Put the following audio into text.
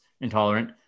intolerant